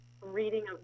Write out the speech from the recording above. reading